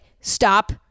stop